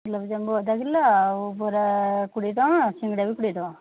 ଗୋଲାପଜାମୁ ଅଧା କିଲୋ ଆଉ ବରା କୋଡ଼ିଏ ଟଙ୍କା ଆଉ ସିଙ୍ଗଡ଼ା ବି କୋଡ଼ିଏ ଟଙ୍କା